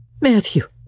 Matthew